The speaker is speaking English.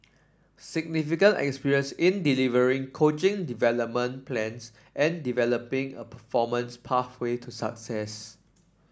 significant experience in delivering coaching development plans and developing a performance pathway to success